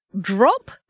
drop